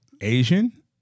Asian